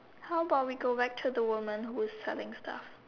how about we go back to the woman who is selling stuff